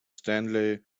stanley